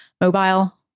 mobile